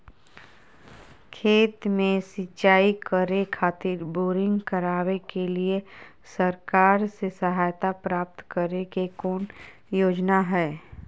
खेत में सिंचाई करे खातिर बोरिंग करावे के लिए सरकार से सहायता प्राप्त करें के कौन योजना हय?